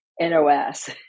nos